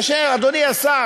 אדוני השר,